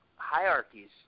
hierarchies